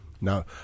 No